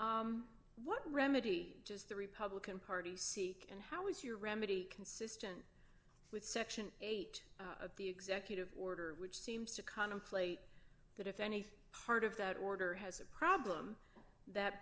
what remedy just the republican party seek and how is your remedy consistent with section eight of the executive order which seems to contemplate that if any part of that order has a problem that